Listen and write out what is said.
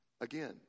Again